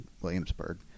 Williamsburg